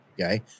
Okay